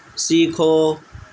سیکھو